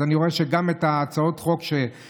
אז אני רואה שגם את הצעות החוק שהכינותי,